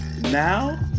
Now